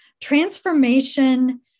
transformation